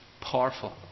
powerful